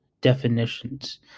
definitions